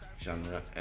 genre